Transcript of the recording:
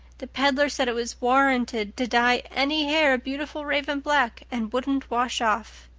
the peddler said it was warranted to dye any hair a beautiful raven black and wouldn't wash off.